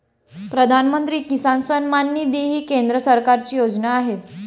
प्रधानमंत्री किसान सन्मान निधी ही केंद्र सरकारची योजना आहे